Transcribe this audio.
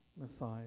Messiah